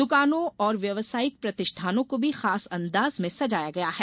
द्रकानों और व्यावसायिक प्रतिष्ठानों को भी खास अंदाज में सजाया गया है